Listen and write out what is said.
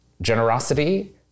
generosity